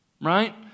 Right